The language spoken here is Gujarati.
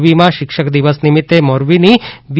મોરબીમાં શિક્ષકદિન નિમિત્ત મોરબીની વી